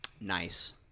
Nice